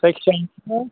जायखिया नोङो